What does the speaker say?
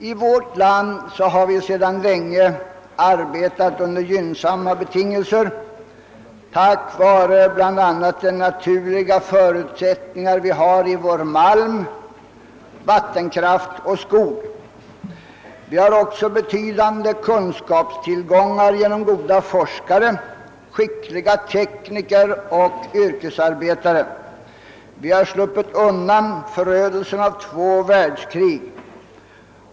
I vårt land har vi sedan länge arbetat under gynnsamma betingelser, bl.a. tack vare de naturliga förutsättningar vi har i vår malm, vattenkraft och skog. Vi har också betydande kunskapstillgångar genom goda forskare, skickliga tekniker och duktiga yrkesarbetare. Vi har sluppit undan förödelsen av två världskrig.